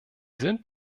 sind